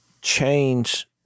change